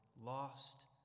lost